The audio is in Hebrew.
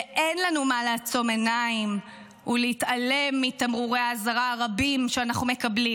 ואין לנו מה לעצום עיניים ולהתעלם מתמרורי האזהרה הרבים שאנחנו מקבלים,